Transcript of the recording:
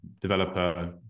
developer